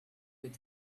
with